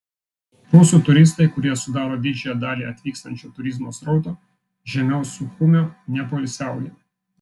rusų turistai kurie sudaro didžiąją dalį atvykstančio turizmo srauto žemiau suchumio nepoilsiauja